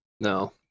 no